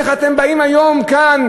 איך אתם באים היום כאן,